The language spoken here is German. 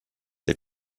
der